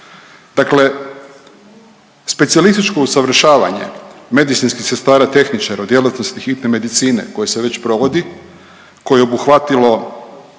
Dakle specijalističko usavršavanje medicinskih sestara tehničara, djelatnosti hitne medicine koje se već provodi koje je obuhvatilo